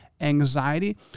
anxiety